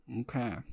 okay